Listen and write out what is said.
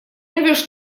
рвешь